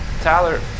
Tyler